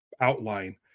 outline